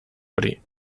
hori